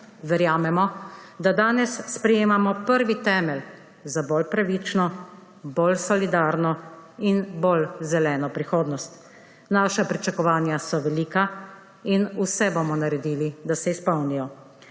Verjamemo, da danes sprejemamo prvi temelj za bolj pravično, bolj solidarno in bolj zeleno prihodnost. Naša pričakovanja so velika in vse bomo naredili, da se izpolnijo.